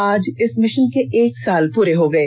आज इस मिषन के एक साल पूरे हो गये